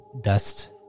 dust